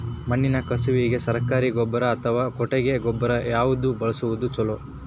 ಮಣ್ಣಿನ ಕಸುವಿಗೆ ಸರಕಾರಿ ಗೊಬ್ಬರ ಅಥವಾ ಕೊಟ್ಟಿಗೆ ಗೊಬ್ಬರ ಯಾವ್ದು ಬಳಸುವುದು ಛಲೋ?